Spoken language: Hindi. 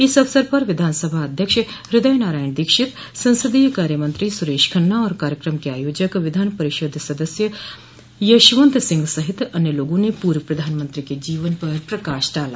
इस अवसर पर विधानसभा अध्यक्ष हृदय नारायण दीक्षित संसदीय कार्यमंत्री सुरेश खन्ना और कार्यक्रम के आयोजक विधान परिषद सदस्य यशवंत सिंह सहित अन्य लोगों ने पूर्व प्रधानमंत्री के जीवन पर प्रकाश डाला